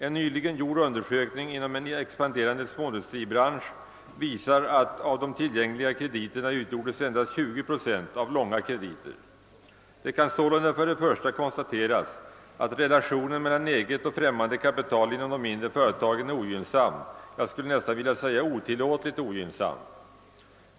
En nyligen gjord undersökning inom en expanderande småindustribransch visar att av de tillgängliga krediterna utgjordes endast 20 procent av långa krediter. Det kan sålunda för det första konstateras att relationen mellan eget och främman de kapital inom de mindre företagen är ogynnsam, jag skulle nästan vilja säga otillåtligt ogynnsam.